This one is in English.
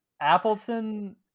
appleton